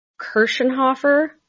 Kirschenhofer